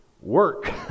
Work